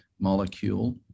molecule